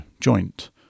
joint